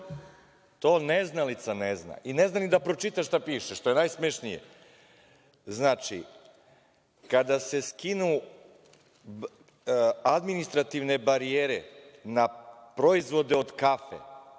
To neznalica ne zna i ne zna ni da pročita šta piše, što je najstrašnije. Znači, kada se skinu administrativne barijere na proizvode od kafe,